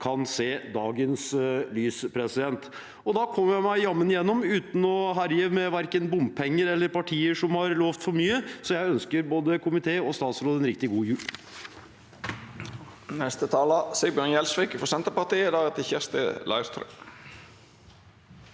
kan se dagens lys. Da kom jeg meg jammen gjennom uten å herje med verken bompenger eller partier som har lovet for mye. Så jeg ønsker både komiteen og statsråden en riktig god jul.